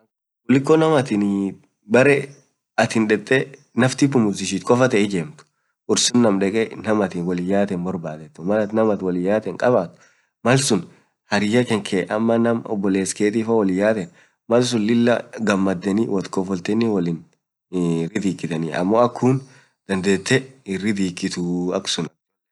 malatin baree atin nafsi pumzishit kofaa tee ijeemt afadhalin sitia nam wolin yatee borbadee, malatin nam wolin yatee kabaat, naam harriyya keti ama nam oboless ketii wolin yaaten, gamadenii woat kofoltenii hinridhikiteeni ammo akk kuun hinridhikituu akk suun.